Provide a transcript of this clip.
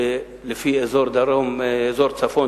לפי אזור צפון,